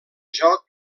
joc